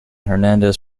hernandez